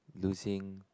loosing